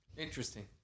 Interesting